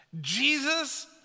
Jesus